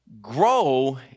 Grow